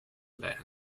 land